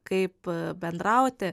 kaip bendrauti